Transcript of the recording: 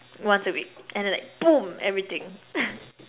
once a week and like boom everything